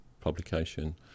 publication